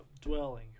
dwelling